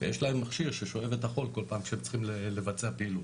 יש להם מכשיר ששואב את החול כל פעם שהם צריכים לבצע פעילות.